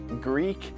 Greek